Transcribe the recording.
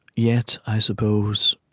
yet, i suppose,